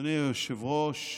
אדוני היושב-ראש,